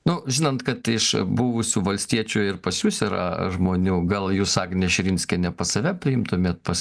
nu žinant kad iš buvusių valstiečių ir pas jus yra žmonių gal jūs agnę širinskienę pas save priimtumėt pas